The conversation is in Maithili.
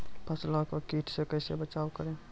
फसलों को कीट से कैसे बचाव करें?